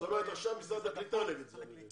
אני מבין שעכשיו משרד הקליטה נגד זה.